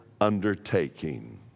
undertaking